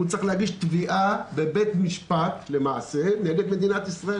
הוא צריך להגיש תביעה בבית המשפט למעשה נגד מדינת ישראל.